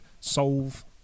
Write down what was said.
solve